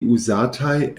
uzataj